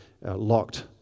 locked